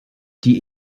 die